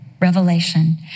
revelation